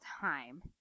time